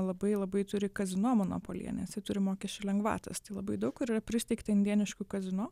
labai labai turi kazino monopoliją nes jie turi mokesčių lengvatos tai labai daug kur yra pristeigta indėniškų kazino